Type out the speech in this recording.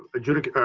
adjudicate,